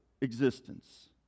existence